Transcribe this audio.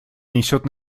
несет